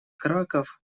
краков